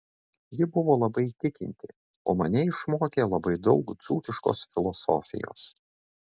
ji buvo labai tikinti o mane išmokė labai daug dzūkiškos filosofijos